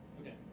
Okay